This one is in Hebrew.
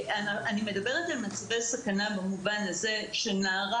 אני מדברת על מצבי סכנה במובן הזה שנערה